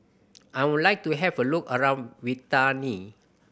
I would like to have a look around Vientiane